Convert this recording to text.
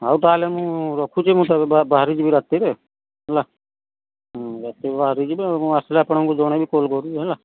ହଉ ତା'ହେଲେ ମୁଁ ରଖୁଛି ମୁଁ ତ ବାହାରି ଯିବି ରାତିରେ ହେଲା ରାତିରେ ବାହାରିଯିବି ମୁଁ ଆସିଲେ ଆପଣଙ୍କୁ ଜଣାଇବି କଲ୍ କରିବି ହେଲା